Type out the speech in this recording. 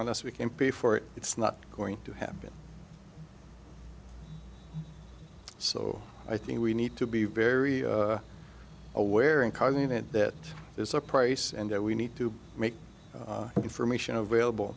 unless we can pay for it it's not going to happen so i think we need to be very aware in causing that there is a price and that we need to make information available